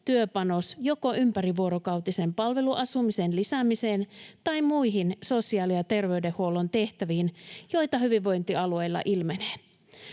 työpanos joko ympärivuorokautisen palveluasumisen lisäämiseen tai muihin sosiaali- ja terveydenhuollon tehtäviin, joita hyvinvointialueilla ilmenee.